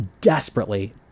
desperately